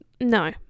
no